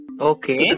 Okay